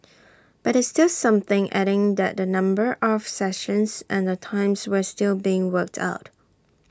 but it's still something adding that the number of sessions and the times were still being worked out